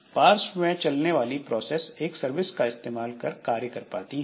पार्श्व में चलने वाली प्रोसेस एक सर्विस का इस्तेमाल कर कार्य कर पाती हैं